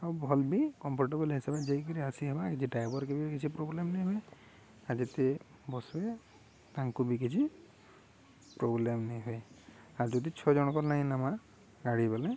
ଆଉ ଭଲ୍ ବି କମ୍ଫର୍ଟେବଲ୍ ହିସାବରେ ଯାଇକିରି ଆସି ହେବା କିଛି ଡ୍ରାଇଭରକେ ବି କିଛି ପ୍ରୋବ୍ଲେମ୍ ନେଇ ହଏ ଆଉ ଯେତେ ବସ୍ବେ ତାଙ୍କୁ ବି କିଛି ପ୍ରୋବ୍ଲେମ ନି ହଏ ଆଉ ଯଦି ଛଅ ଜଣଙ୍କ ନାହିଁ ନାମା ଗାଡ଼ି ବଲେ